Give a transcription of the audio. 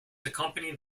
accompanied